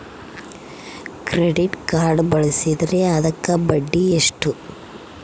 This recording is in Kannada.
ಕ್ರೆಡಿಟ್ ಕಾರ್ಡ್ ಬಳಸಿದ್ರೇ ಅದಕ್ಕ ಬಡ್ಡಿ ಎಷ್ಟು?